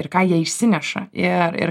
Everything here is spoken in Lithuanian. ir ką jie išsineša ir ir